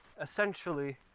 essentially